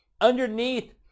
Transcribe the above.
underneath